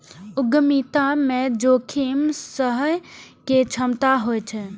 उद्यमिता मे जोखिम सहय के क्षमता होइ छै